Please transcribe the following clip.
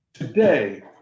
Today